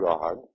God